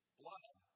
blood